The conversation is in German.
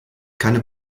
keine